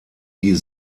die